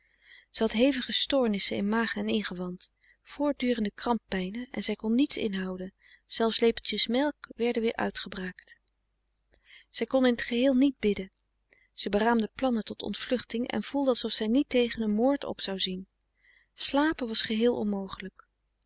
had hevige stoornissen in maag en ingewand voortdurende kramppijnen en zij kon niets inhouden zelfs lepeltjes melk werden weer uitgebraakt zij kon in t geheel niet bidden ze beraamde plannen tot ontvluchting en voelde alsof zij niet tegen een moord op zou zien slapen was geheel onmogelijk